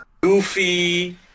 goofy